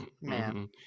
Man